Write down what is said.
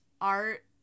Art